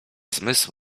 zmysł